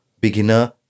beginner